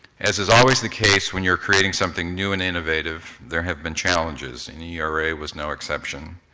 as is always the case when you're creating something new and innovative, there have been challenges, and era was no exception.